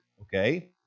okay